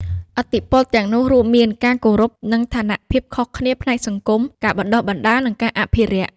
ឥទ្ធិពលទាំងនោះរួមមាន ការគោរព និងឋានៈ ភាពខុសគ្នាផ្នែកសង្គម ការបណ្តុះបណ្តាល និងការអភិរក្ស។